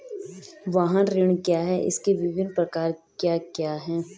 वाहन ऋण क्या है इसके विभिन्न प्रकार क्या क्या हैं?